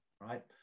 right